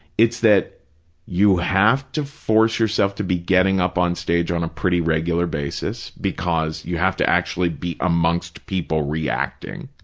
it's that you have to force yourself to be getting up on stage on a pretty regular basis because you have to actually be amongst people reacting.